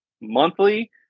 monthly